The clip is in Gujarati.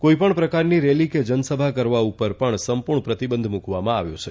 કોઈપણ પ્રકારની રેલી કે જનસભા કરવા ઉપર પણ સંપૂર્ણ પ્રતિબંધ મૂકવામાં આવ્યો છે